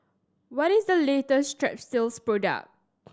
what is the latest Strepsils product